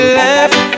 left